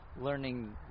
learning